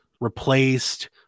Replaced